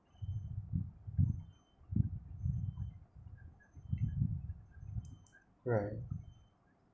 right